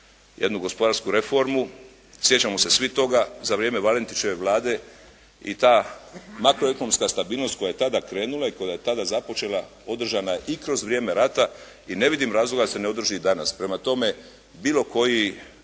jednu gospodarsku reformu, sjećamo se svi toga za vrijeme Valentićeve vlade i ta makroekonomska stabilnost koja je tada krenula i koja je tada započela, održana je i kroz vrijeme rata i ne vidim razloga da se ne održi i danas. Prema tome, bilo koji,